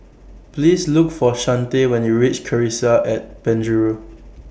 Please Look For Shante when YOU REACH Cassia At Penjuru